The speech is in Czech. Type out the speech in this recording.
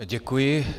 Děkuji.